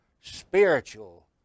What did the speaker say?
spiritual